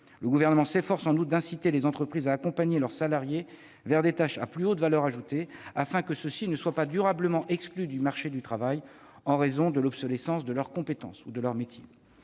Le Gouvernement s'efforce en outre d'inciter les entreprises à accompagner leurs salariés vers des tâches à plus haute valeur ajoutée, afin que ceux-ci ne soient pas durablement exclus du marché du travail en raison de l'obsolescence de leurs compétences ou de leur métier.